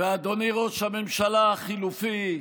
אדוני ראש הממשלה החליפי,